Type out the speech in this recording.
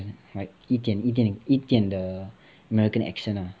like 一点一点点一点的 american accent lah